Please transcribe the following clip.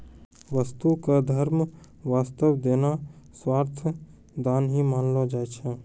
वस्तु क धर्म वास्तअ देना सर्वथा दान ही मानलो जाय छै